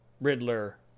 Riddler